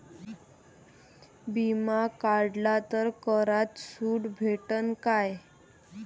बिमा काढला तर करात सूट भेटन काय?